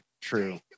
true